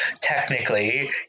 technically